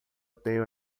tenho